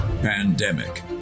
Pandemic